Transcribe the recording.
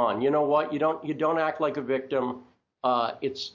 on you know what you don't you don't act like a victim it's